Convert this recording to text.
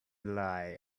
lie